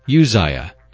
Uzziah